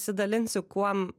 pasidalinsiu kuom